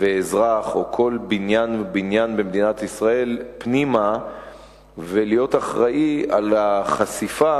ואזרח או לכל בניין ובניין במדינת ישראל פנימה ולהיות אחראי לחשיפה